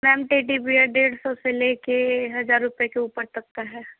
ma'am teddy bear डेढ़ सौ से ले के हजार रुपये के ऊपर तक का है